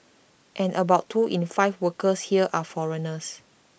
and about two in five workers here are foreigners